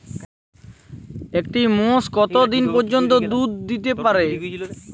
একটি মোষ কত দিন পর্যন্ত দুধ দিতে পারে?